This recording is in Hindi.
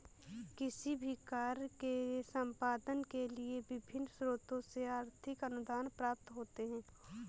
किसी भी कार्य के संपादन के लिए विभिन्न स्रोतों से आर्थिक अनुदान प्राप्त होते हैं